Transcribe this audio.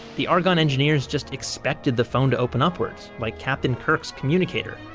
the argonne engineers just expected the phone to open upwards like captain kirk's communicator.